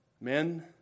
Men